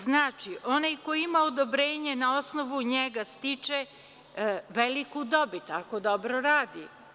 Znači, onaj koji ima odobrenje na osnovu njega stiče veliku dobit, ako dobro radi.